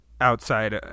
outside